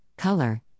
Color